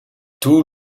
tout